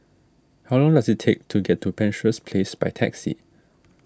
how long does it take to get to Penshurst Place by taxi